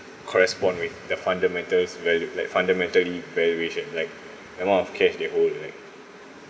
correspond with the fundamentals value like fundamentally valuation like amount of cash they own like